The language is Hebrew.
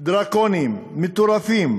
דרקוניים, מטורפים,